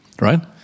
right